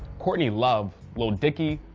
courtney love, l'il dickey,